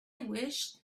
wished